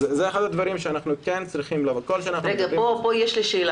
זה אחד הדברים שאנחנו כן צריכים --- יש לי שאלה.